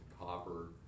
copper